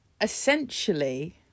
essentially